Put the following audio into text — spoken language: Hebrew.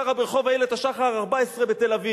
שגרה ברחוב איילת-השחר 14 בתל-אביב.